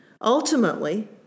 ultimately